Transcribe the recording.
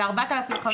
של ה-4,500,